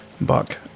Buck